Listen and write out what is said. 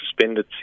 suspended